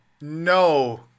no